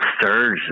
surge